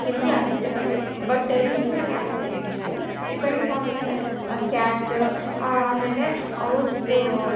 ಹಿಂದಿ ಆಗಿರುತ್ತೆ but but regional language depends on the caste ಆಮೇಲೆ ಅವ್ರದ್ದು